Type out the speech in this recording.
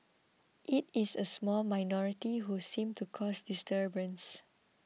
it is a small minority who seem to cause disturbance